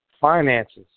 finances